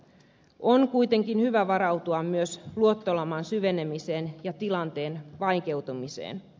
on kuitenkin hyvä varautua myös luottolaman syvenemiseen ja tilanteen vaikeutumiseen